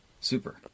Super